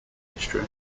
history